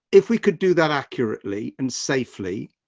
if we could do that accurately and safely,